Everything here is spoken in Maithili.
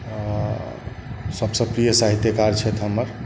सबसँ प्रिय साहित्यकार छथि हमर